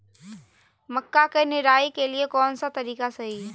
मक्का के निराई के लिए कौन सा तरीका सही है?